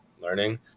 learning